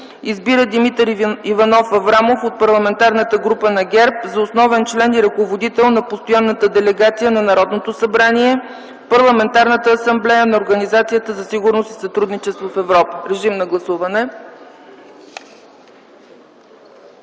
Избира Димитър Иванов Аврамов от Парламентарната група на ГЕРБ за основен член и ръководител на постоянната делегация на Народното събрание в Парламентарната асамблея на Организацията за сигурност и сътрудничество в Европа”. Гласували